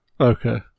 Okay